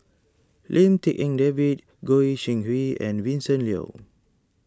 Lim Tik En David Goi Seng Hui and Vincent Leow